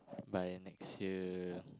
by next year